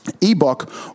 ebook